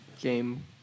game